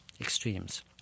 extremes